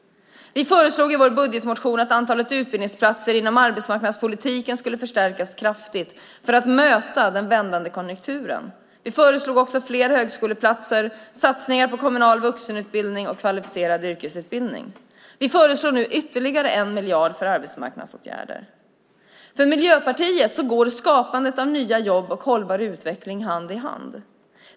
Vi föreslog i vår budgetmotion att antalet utbildningsplatser inom arbetsmarknadspolitiken skulle förstärkas kraftigt för att möta den vändande konjunkturen. Vi föreslog också fler högskoleplatser samt satsningar på kommunal vuxenutbildning och kvalificerad yrkesutbildning. Vi föreslår nu ytterligare 1 miljard för arbetsmarknadsåtgärder. För Miljöpartiet går skapandet av nya jobb och hållbar utveckling hand i hand.